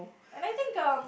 and I think um